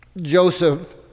Joseph